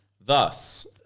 Thus